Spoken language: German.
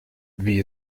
wie